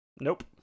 Nope